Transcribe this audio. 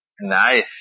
Nice